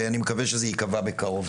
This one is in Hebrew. ואני מקווה שזה ייקבע בקרוב,